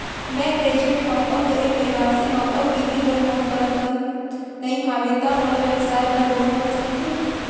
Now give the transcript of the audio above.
मैं ग्रेजुएट हव अऊ गरीब परवार से हव अऊ गिरवी बर मोर करा तुरंत नहीं हवय त मोला व्यवसाय बर लोन मिलिस सकथे?